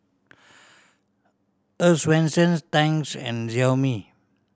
Earl's Swensens Tangs and Xiaomi